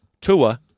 Tua